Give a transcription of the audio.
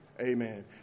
amen